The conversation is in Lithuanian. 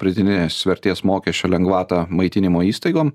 pridėtinės vertės mokesčio lengvatą maitinimo įstaigom